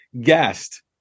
guest